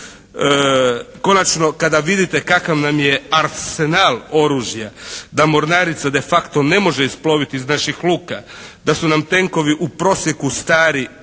kada vidite kakav nam je arsenal oružja, da Mornarica de facto ne može isploviti iz naših luka, da su nam tenkovi u prosjeku stari